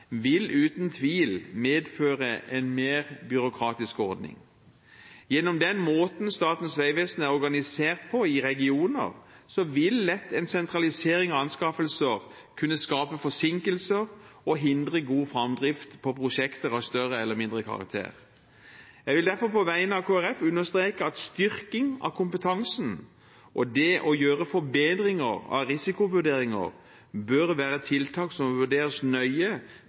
vil uten tvil medføre en mer byråkratisk ordning. Gjennom den måten Statens vegvesen er organisert på i regioner, vil lett en sentralisering av anskaffelser kunne skape forsinkelser og hindre god framdrift på prosjekter av større eller mindre karakter. Jeg vil derfor på vegne av Kristelig Folkeparti understreke at styrking av kompetansen og det å gjøre forbedringer av risikovurderinger bør være tiltak som må vurderes nøye